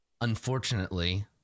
Unfortunately